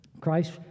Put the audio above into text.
Christ